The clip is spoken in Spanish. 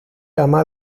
ama